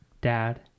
dad